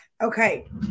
Okay